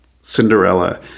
cinderella